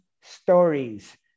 stories